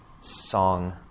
song